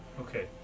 Okay